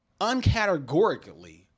uncategorically